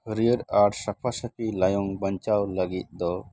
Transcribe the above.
ᱦᱟᱹᱨᱭᱟᱹᱲ ᱟᱨ ᱥᱟᱯᱟᱥᱟᱯᱷᱤ ᱞᱟᱭᱚᱝ ᱵᱟᱧᱪᱟᱣ ᱞᱟᱹᱜᱤᱫ ᱫᱚ